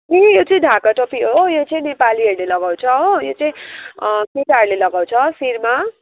ए यो चाहिँ ढाका टोपी हो यो चाहिँ नेपालीहरूले लगाउँछ हो यो चाहिँ केटाहरूले लगाउँछ शिरमा